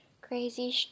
Crazy